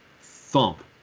thump